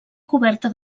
coberta